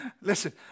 Listen